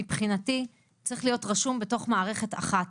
מבחינתי צריך להיות רשום בתוך מערכת אחת.